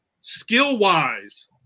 skill-wise